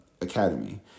Academy